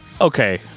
Okay